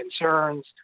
concerns